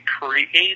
create